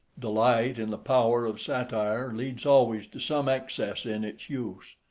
delight in the power of satire leads always to some excess in its use.